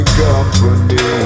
company